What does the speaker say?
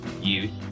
youth